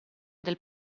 del